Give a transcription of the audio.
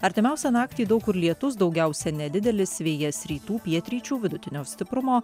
artimiausią naktį daug kur lietus daugiausia nedidelis vėjas rytų pietryčių vidutinio stiprumo